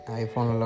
iPhone